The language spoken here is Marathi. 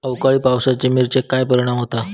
अवकाळी पावसाचे मिरचेर काय परिणाम होता?